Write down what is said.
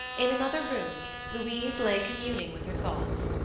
in another room, louise lay communing with her thoughts,